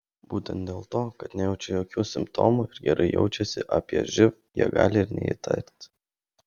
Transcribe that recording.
būtent dėl to kad nejaučia jokių simptomų ir gerai jaučiasi apie živ jie gali ir neįtarti